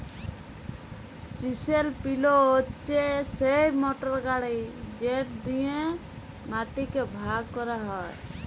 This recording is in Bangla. চিসেল পিলও হছে সেই মটর গাড়ি যেট দিঁয়ে মাটিকে ভাগ ক্যরা হ্যয়